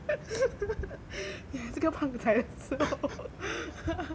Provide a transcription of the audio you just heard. ya 这个胖子要瘦